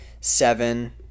Seven